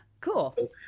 Cool